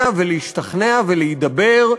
ולשכנע ולהשתכנע, להידבר,